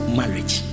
marriage